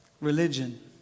Religion